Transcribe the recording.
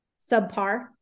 subpar